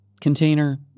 container